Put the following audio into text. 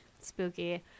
spooky